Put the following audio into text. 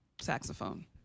saxophone